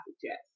suggest